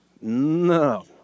No